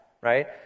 right